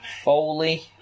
Foley